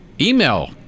email